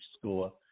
score